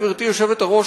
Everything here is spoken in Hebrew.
גברתי היושבת-ראש,